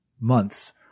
months